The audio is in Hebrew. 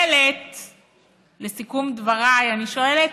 לסיכום דבריי, אני שואלת: